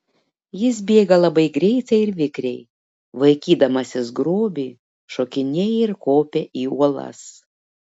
jis bėga labai greitai ir vikriai vaikydamasis grobį šokinėja ir kopia į uolas